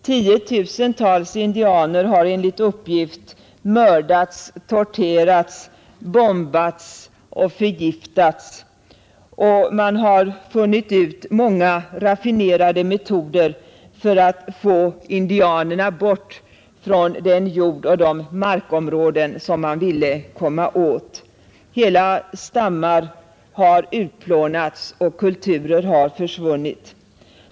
Tiotusentals indianer har enligt uppgift mördats, torterats, bombats och förgiftats, och man har funnit ut många raffinerade metoder för att få bort indianerna från den jord och de markområden som man velat komma åt. Hela stammar har utplånats och kulturer försvunnit.